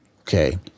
Okay